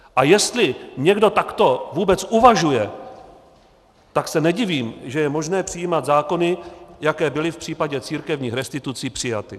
A jestli někdo takto vůbec uvažuje, tak se nedivím, že je možné přijímat zákony, jaké byly v případě církevních restitucí přijaty.